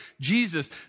Jesus